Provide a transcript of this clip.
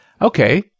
Okay